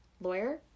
lawyer